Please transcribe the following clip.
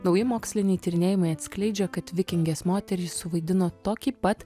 nauji moksliniai tyrinėjimai atskleidžia kad vikingės moterys suvaidino tokį pat